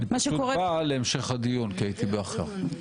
אני פשוט בא להמשך הדיון, כי ההייתי באחר.